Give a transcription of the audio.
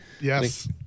Yes